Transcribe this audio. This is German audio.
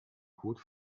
code